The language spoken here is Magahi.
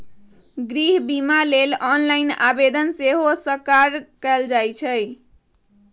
गृह बिमा लेल ऑनलाइन आवेदन सेहो सकार कएल जाइ छइ